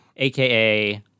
AKA